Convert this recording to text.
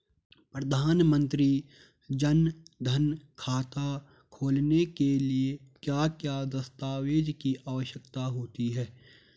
प्रधानमंत्री जन धन खाता खोलने के लिए क्या क्या दस्तावेज़ की आवश्यकता होती है?